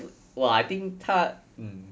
!wah! I think 他 mm